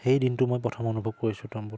সেই দিনটো মই প্ৰথম অনুভৱ কৰিছোঁ তম্বুত